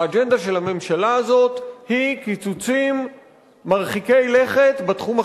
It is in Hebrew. האג'נדה של הממשלה הזאת היא קיצוצים מרחיקי לכת בתחום החברתי.